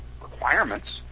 requirements